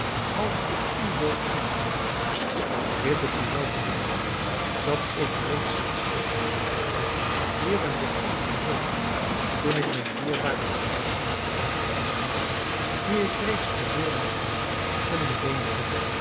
als ik u zoo onveranderd lijk bid ik u wel te bedenken dat ik reeds sinds gistermorgen vroeg weer ben begonnen te leven toen ik mijn dierbaren gemaal en bevrijder aanschouwde dien ik reeds verloren gewaand en beweend heb